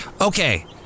Okay